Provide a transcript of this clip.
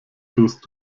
tust